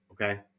okay